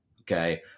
Okay